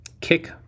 kick